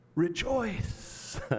rejoice